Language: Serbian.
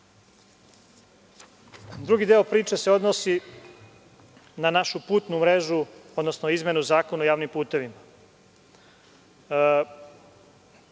deo priče se odnosi na našu putnu mrežu, odnosno izmenu Zakona o javnim putevima.